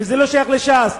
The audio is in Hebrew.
וזה לא שייך לש"ס.